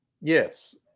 Yes